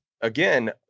again